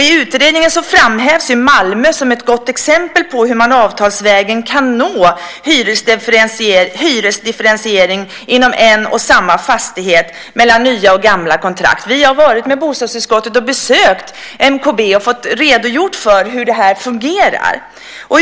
I utredningen framhävs Malmö som ett gott exempel på hur man avtalsvägen kan nå hyresdifferentiering inom en och samma fastighet, mellan nya och gamla kontrakt. Vi har med bostadsutskottet besökt MKB och fått en redogörelse för hur det här fungerar.